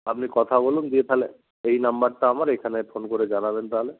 আপনি কথা বলুন দিয়ে তাহলে এই নাম্বারটা আমার এখানে ফোন করে জানাবেন তাহলে